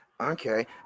okay